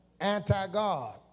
anti-God